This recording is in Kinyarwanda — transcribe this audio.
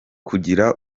kugira